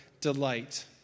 delight